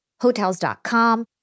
Hotels.com